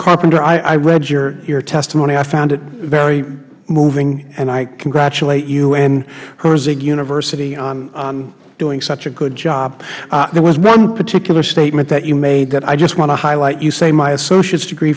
carpenter i read your testimony i found it very moving and i congratulate you and herzing university on doing such a good job there was one particular statement that you made that i just want to highlight you say my associate's degree